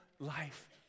life